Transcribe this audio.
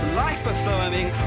life-affirming